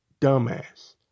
dumbass